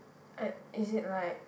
uh it is like